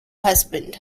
husband